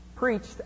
preached